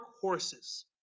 horses